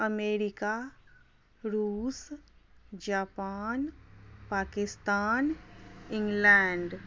America Russia Japan Pakistan England